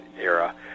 era